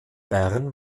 bern